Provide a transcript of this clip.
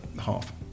half